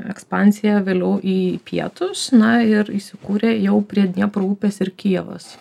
ekspansiją vėliau į pietus na ir įsikūrė jau prie dniepro upės ir kijevas